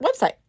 website